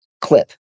clip